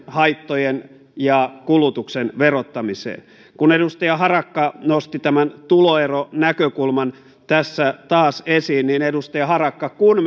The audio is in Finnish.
haittojen ja kulutuksen verottamiseen kun edustaja harakka nosti tämän tuloeronäkökulman tässä taas esiin niin edustaja harakka kun